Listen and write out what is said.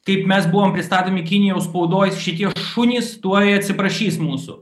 kaip mes buvom pristatomi kinijos spaudoj šitie šunys tuoj atsiprašys mūsų